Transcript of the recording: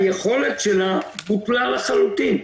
היכולת שלה בוטלה לחלוטין,